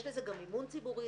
יש לזה גם מימון ציבורי.